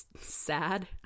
sad